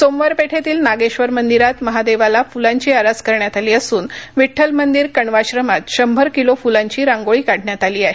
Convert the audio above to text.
सोमवार पेठेतील नागेश्वर मंदिरात महादेवाला फुलांची आरास करण्यात आली असून विठ्ठल मंदिर कण्वाश्रमात शंभर किलो फुलांची रांगोळी काढण्यात आली आहे